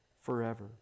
forever